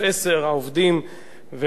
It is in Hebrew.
אני שמעתי, הקשבתי